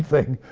thing.